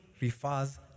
refers